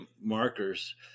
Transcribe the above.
markers